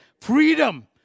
Freedom